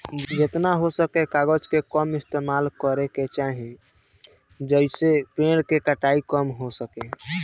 जेतना हो सके कागज के कम इस्तेमाल करे के चाही, जेइसे पेड़ के कटाई कम हो सके